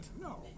No